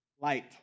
Light